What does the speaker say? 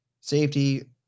safety